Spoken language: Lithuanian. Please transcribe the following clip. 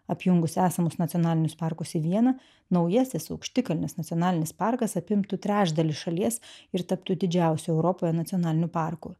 apjungus esamus nacionalinius parkus į vieną naujasis aukštikalnis nacionalinis parkas apimtų trečdalį šalies ir taptų didžiausiu europoje nacionaliniu parku